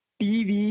tv